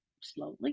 slowly